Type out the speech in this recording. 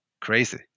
crazy